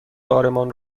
بارمان